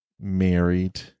married